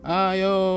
ayo